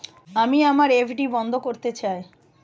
আমি আমার এফ.ডি বন্ধ করতে চাই